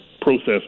process